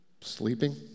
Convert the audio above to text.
sleeping